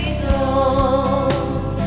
souls